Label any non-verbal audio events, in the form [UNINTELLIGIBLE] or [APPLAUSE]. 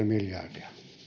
[UNINTELLIGIBLE] miljardia